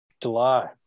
July